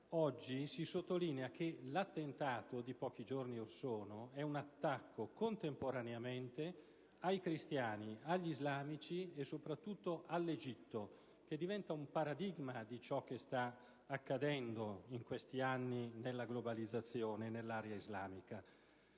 oggi si sottolinea che l'attentato di pochi giorni or sono è contemporaneamente un attacco ai cristiani, agli islamici e soprattutto all'Egitto, che diventa un paradigma di ciò che sta accadendo in questi anni della globalizzazione nell'area islamica.